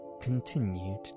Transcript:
continued